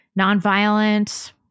Nonviolent